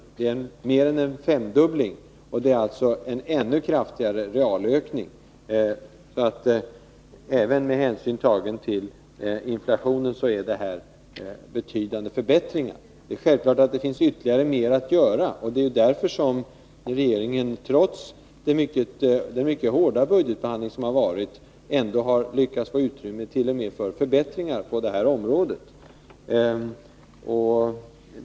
Det är mer än en femdubbling, och det är alltså en ännu kraftigare verklig ökning. Även med hänsyn tagen till inflationen rör det sig alltså om betydande förbättringar. Det är klart att det finns ännu mer att göra, och det är därför regeringen, trots den mycket hårda budgetbehandling som har varit, ändå har lyckats få utrymme för vissa förbättringar på det här området.